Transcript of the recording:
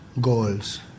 Goals